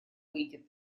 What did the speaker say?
выйдет